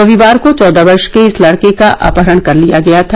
रविवार को चौदह वर्ष के इस लड़के का अपहरण कर लिया गया था